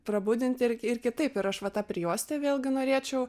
prabudinti ir ir kitaip ir aš va tą prijuostę vėlgi norėčiau